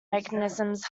mechanisms